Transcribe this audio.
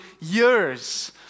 years